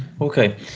Okay